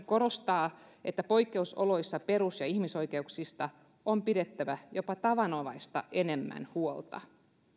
korostaa poikkeusoloissa perus ja ihmisoikeuksista on pidettävä jopa tavanomaista enemmän huolta